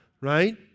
right